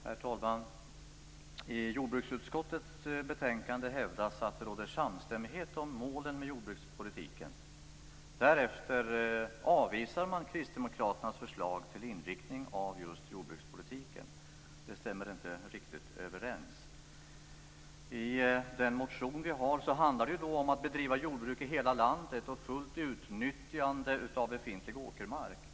Herr talman! I jordbruksutskottets betänkande hävdas att det råder samstämmighet om målen för jordbrukspolitiken. Därefter avvisar man kristdemokraternas förslag till inriktning av jordbrukspolitiken. Det stämmer inte riktigt överens. Vår motion handlar om att bedriva jordbruk i hela landet och om att fullt utnyttja befintlig åkermark.